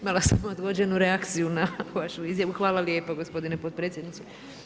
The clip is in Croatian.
Imala sam odgođenu reakciju na vašu izjavu, hvala lijepo gospodine potpredsjedniče.